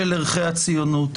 של ערכי הציונות.